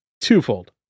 twofold